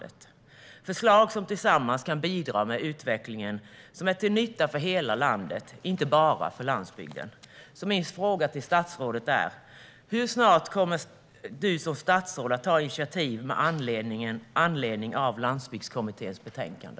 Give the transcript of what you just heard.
Det är förslag som tillsammans kan bidra till utvecklingen och är till nytta för hela landet, inte bara för landsbygden. Min fråga till statsrådet är: Hur snart kommer du som statsråd att ta initiativ med anledning av Landsbygdskommitténs betänkande?